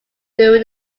during